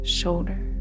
shoulder